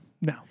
no